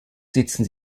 sitzen